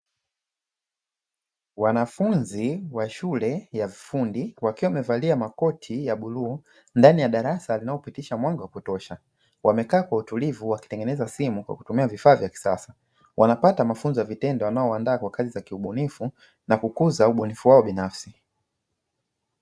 Wanafunzi wa shule ya ufundi wakiwa wamevalia makoti ya bluu ndani ya darasa linaopitisha mwanga wa kutosha, wamekaa kwa utulivu wakitengeneza simu kwa kutumia vifaa vya kisasa. Wanapata mafunzo ya vitendo wanayowaandaa kwa kazi za kiubunifu na kukuza ubunifu wao binafsi.